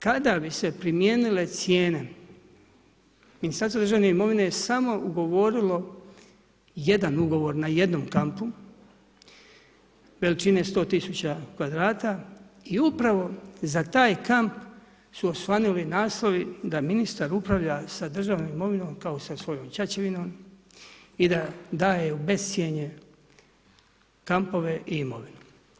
Kada bi se primijenile cijene Ministarstvo državne imovine samo ugovorilo jedan ugovor na jednom kampu veličine 100 tisuća kvadrata i upravo za taj kamp su osvanuli naslovi da ministar upravlja sa državnom imovinom kao sa svojom ćaćevinom i da daje u bescjenje kampove i imovinu.